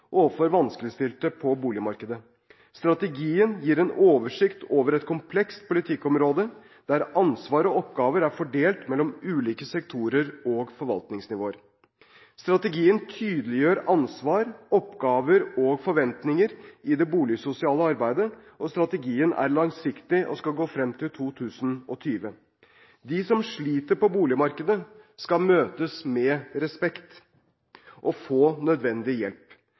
overfor vanskeligstilte på boligmarkedet. Strategien gir en oversikt over et komplekst politikkområde, der ansvar og oppgaver er fordelt mellom ulike sektorer og forvaltningsnivåer. Strategien tydeliggjør ansvar, oppgaver og forventninger i det boligsosiale arbeidet. Strategien er langsiktig og skal gå frem til 2020. De som sliter på boligmarkedet, skal møtes med respekt og få nødvendig hjelp.